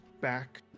back